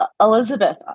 Elizabeth